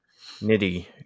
nitty